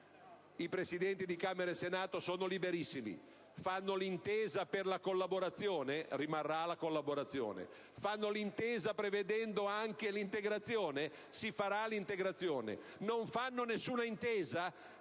I Presidenti di Camera e Senato sono liberissimi: fanno l'intesa per la collaborazione? Rimarrà la collaborazione. Fanno l'intesa prevedendo anche l'integrazione? Si farà pure l'integrazione. Non fanno alcuna intesa?